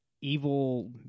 evil